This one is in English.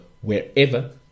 wherever